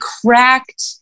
cracked